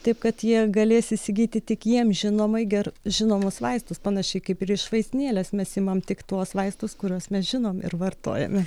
taip kad jie galės įsigyti tik jiem žinomai ger žinomus vaistus panašiai kaip ir iš vaistinėlės mes imam tik tuos vaistus kuriuos mes žinom ir vartojame